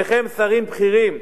שניכם שרים בכירים,